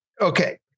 okay